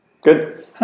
Good